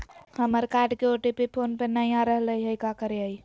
हमर कार्ड के OTP phone पे नई आ रहलई हई, का करयई?